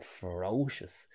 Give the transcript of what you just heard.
ferocious